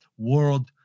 World